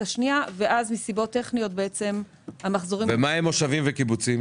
לשנייה ואז מסיבות טכניות בעצם המחזורים --- ומה עם קיבוצים ומושבים?